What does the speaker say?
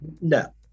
No